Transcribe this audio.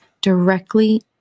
directly